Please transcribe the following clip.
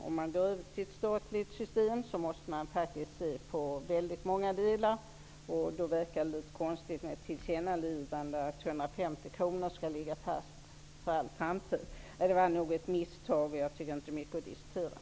Om man går över till ett statligt system måste man se på många olika delar, och det blir då konstigt med ett tillkännagivande om att 150-kronorsgränsen skall ligga fast för all framtid. Det är nog fråga om ett misstag, och jag tror inte att det är mycket att diskutera.